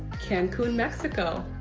cancun, mexico.